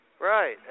Right